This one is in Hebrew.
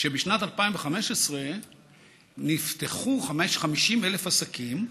שבשנת 2015 נפתחו 50,000 עסקים,